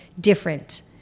different